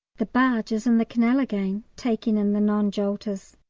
the barge is in the canal again taking in the non-jolters.